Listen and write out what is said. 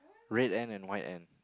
red end and white end